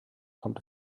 kommt